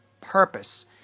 purpose